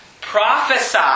prophesy